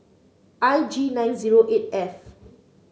I G nine zero eight F